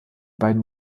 beiden